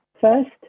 first